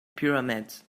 pyramids